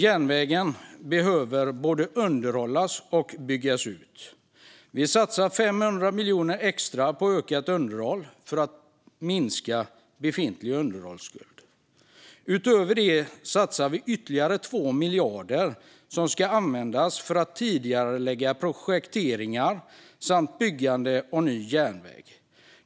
Järnvägen behöver både underhållas och byggas ut. Vi satsar 500 miljoner extra på ökat underhåll för att minska den befintliga underhållsskulden. Utöver det satsar vi ytterligare 2 miljarder som ska användas till att tidigarelägga projekteringar samt till byggande av ny järnväg.